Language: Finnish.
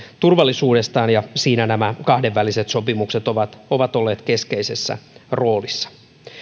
turvallisuudestaan ja siinä nämä kahdenväliset sopimukset ovat ovat olleet keskeisessä roolissa